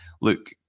look